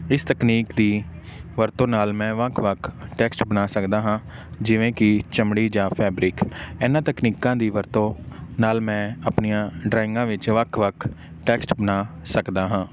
ਇਸ ਤਕਨੀਕ ਦੀ ਵਰਤੋਂ ਨਾਲ ਮੈਂ ਵੱਖ ਵੱਖ ਟੈਕਸਟ ਬਣਾ ਸਕਦਾ ਹਾਂ ਜਿਵੇਂ ਕਿ ਚਮੜੀ ਜਾਂ ਫੈਬਰਿਕ ਇਹਨਾਂ ਤਕਨੀਕਾਂ ਦੀ ਵਰਤੋਂ ਨਾਲ ਮੈਂ ਆਪਣੀਆਂ ਡਰਾਇੰਗਾਂ ਵਿੱਚ ਵੱਖ ਵੱਖ ਟੈਕਸਟ ਬਣਾ ਸਕਦਾ ਹਾਂ